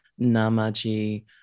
namaji